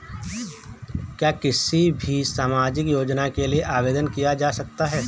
क्या किसी भी सामाजिक योजना के लिए आवेदन किया जा सकता है?